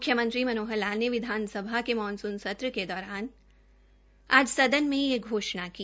मुख्यमंत्री श्री मनोहर लाल ने विधानसभा के मानसृन सत्र के दौरान आज सदन में यह घोषणा की